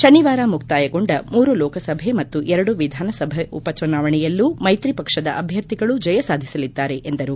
ಶನಿವಾರ ಮುಕ್ತಾಯಗೊಂಡ ಮೂರು ಲೋಕಸಭೆ ಮತ್ತು ಎರಡು ವಿಧಾನಸಭೆ ಉಪಚುನಾವಣೆಯಲ್ಲೂ ಮೈತ್ರಿ ಪಕ್ಷದ ಅಭ್ಯರ್ಥಿಗಳು ಜಯಸಾಧಿಸಲಿದ್ದಾರೆ ಎಂದರು